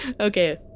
okay